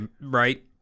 right